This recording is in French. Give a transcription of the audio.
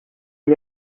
n’y